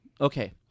Okay